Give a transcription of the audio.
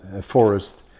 forest